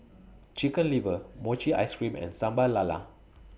Chicken Liver Mochi Ice Cream and Sambal Lala